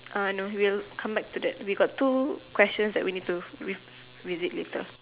uh no we'll come back to that we got two questions that we need to revisit it later